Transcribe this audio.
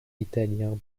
italien